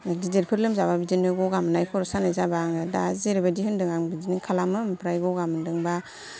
गिदिरफोर लोमजाबा बिदिनो गगा मोननाय लोमजानाय खर' सानाय जाबा आङो दा जेरैबादि होन्दों बिदिनो खालामो ओमफ्राय गगा मोनदोंबा